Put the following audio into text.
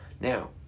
Now